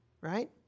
Right